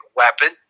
weapon